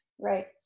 Right